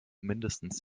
mindestens